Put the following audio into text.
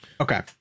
Okay